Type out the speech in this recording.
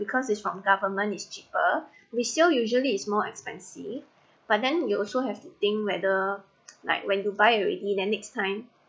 because it's from government is cheaper resale usually is more expensive but then you also have to think whether like when you buy already then next time